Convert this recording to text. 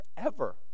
forever